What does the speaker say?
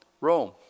Rome